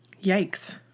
Yikes